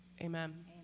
amen